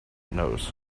knows